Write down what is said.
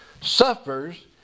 suffers